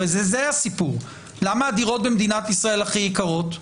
כי זה הרי הסיפור למה הדירות בישראל הכי יקרות?